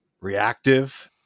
Reactive